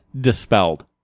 dispelled